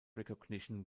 recognition